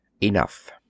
enough